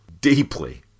Deeply